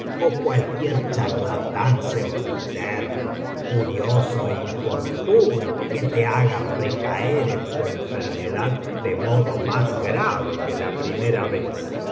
ó cualquier charlatán sempiterno curioso é importuno que te biblioteca valenciana generalitat valenciana las mil noches y una noche haga recaer en tu enfermedad de modo más grave que la primera vez